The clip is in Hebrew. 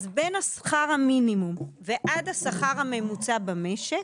בין שכר המינימום ועד השכר הממוצע במשק,